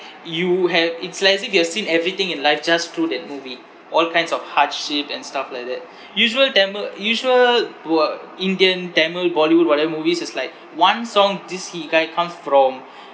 you have it's like as if you have seen everything in life just through that movie all kinds of hardship and stuff like that usual tamil usual were indian tamil bollywood whatever movies is like one song this he guy comes from